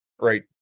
right